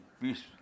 peace